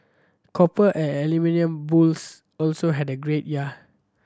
copper and aluminium bulls also had a great year